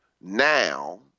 now